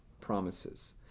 promises